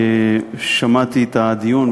שמעתי את הדיון,